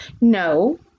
no